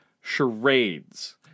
charades